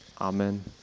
Amen